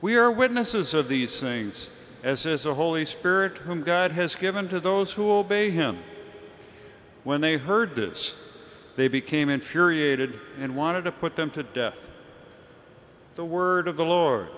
we are witnesses of these things as is the holy spirit whom god has given to those who obey him when they heard this they became infuriated and wanted to put them to death the word of the lord